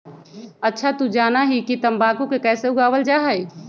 अच्छा तू जाना हीं कि तंबाकू के कैसे उगावल जा हई?